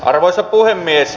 arvoisa puhemies